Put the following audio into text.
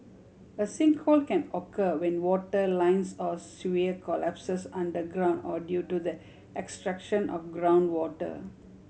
a sinkhole can occur when water lines or sewer collapses underground or due to the extraction of groundwater